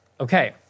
Okay